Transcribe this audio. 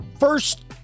First